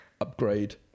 upgrade